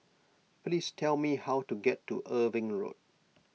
please tell me how to get to Irving Road